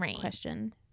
question